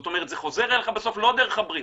זאת אומרת, זה חוזר אליך בסוף לא דרך הבריאות,